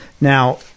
Now